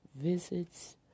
Visits